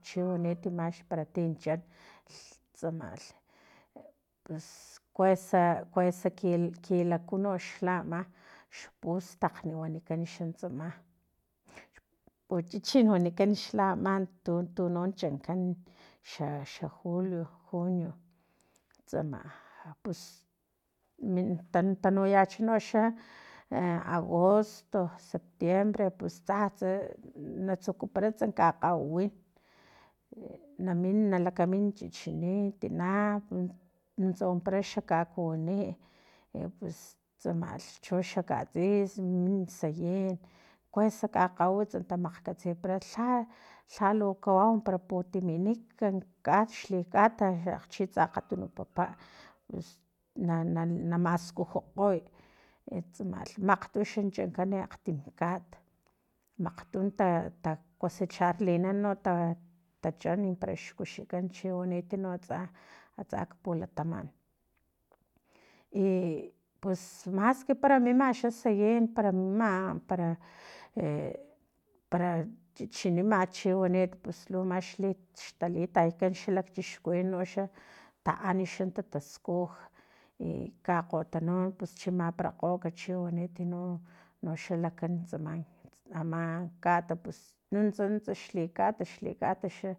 Chiwaniti max para tin chan tsamalh pus kuesakuesa kilaku nox la ama xpustakgn wanikan xa tsama puchichin wanikan xlama tu tunon chankan xa xa julio junio tsama pus nin tanuyacha noxa e agosto septiembre pus tsa tsatsa natsukuparats kakgawawin e na min na lakamin chichini tina nuntsa wampara xa kakuwini e pus tsamlh pus choxa katsis mini sayin kuesa kakgawiwtsa ta makgkatsipara lha lhalu kawau para putiminik ka xlikat chi xa akgatunu papa pus na na maskujukgoy e tsamalh akgtuxan chankan akgatim kat makgtun ta cosecharlinan ta chan para xkuxikan para chi waniti no atsa atsak nak pulataman y pus maski para mima xa sayin para mima para e para chichinima chiwanit pus lu max xtalitay lakchixkuwin uxa taan xa tataskuj i kakgotanun no pus chimaparakgokg chiwaniti no noxa lakan tsama ama kat pus nuntsa nuntsa xlikat xlikata xa